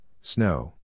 snow